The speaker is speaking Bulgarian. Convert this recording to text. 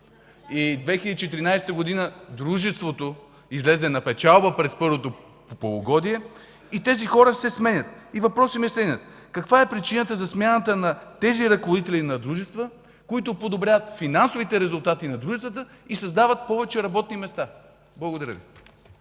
и 2014 г. дружеството излезе на печалба през първото полугодие. Тези хора се сменят. Въпросът ми е следният: каква е причината за смяната на тези ръководители на дружества, които подобряват финансовите резултати на дружествата и създават повече работни места? Благодаря Ви.